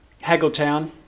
Haggletown